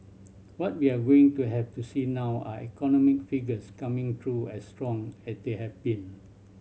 what we're going to have to see now are economic figures coming through as strong as they have been